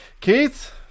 Keith